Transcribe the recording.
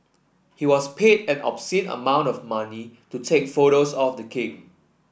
he was paid an obscene amount of money to take photos of the king